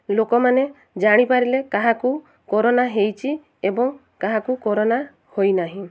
ଲୋକମାନେ ଜାଣିପାରିଲେ କାହାକୁ କୋରୋନା ହେଇଛି ଏବଂ କାହାକୁ କୋରୋନା ହୋଇନାହିଁ